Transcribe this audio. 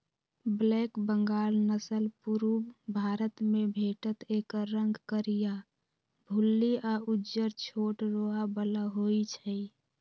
black Bengal नसल पुरुब भारतमे भेटत एकर रंग करीया, भुल्ली आ उज्जर छोट रोआ बला होइ छइ